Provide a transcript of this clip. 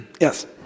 Yes